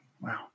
wow